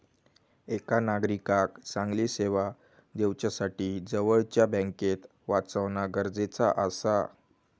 एका नागरिकाक चांगली सेवा दिवच्यासाठी जवळच्या बँकेक वाचवणा गरजेचा आसा